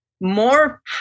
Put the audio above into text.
more